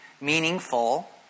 meaningful